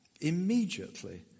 Immediately